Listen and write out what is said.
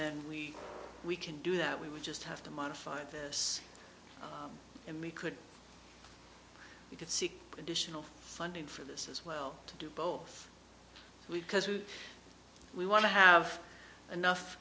and we we can do that we would just have to modify this and we could we could seek additional funding for this as well to do both because we want to have enough